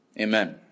Amen